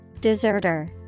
Deserter